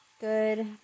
good